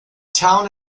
town